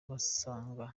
basanga